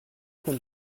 can